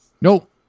Nope